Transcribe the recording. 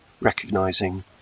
recognizing